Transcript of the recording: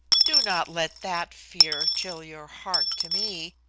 do not let that fear chill your heart to me,